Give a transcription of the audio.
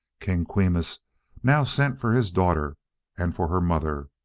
king quimus now sent for his daughter and for her mother,